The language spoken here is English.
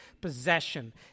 possession